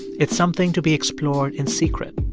it's something to be explored in secret,